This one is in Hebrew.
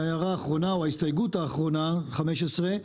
ההסתייגות האחרונה, 15,